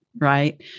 right